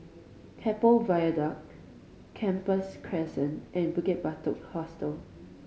Keppel Viaduct Gambas Crescent and Bukit Batok Hostel